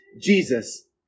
Jesus